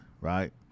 right